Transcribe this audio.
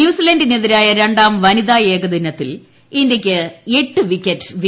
ന്യൂസിലന്റിനെതിരായ ര ട്ടാം വനിതാ ഏകദിനത്തിൽ ഇന്ത്യയ്ക്ക് എട്ട് വിക്കറ്റ് വിജയം